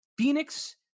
Phoenix